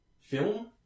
film